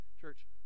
Church